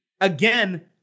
Again